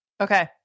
Okay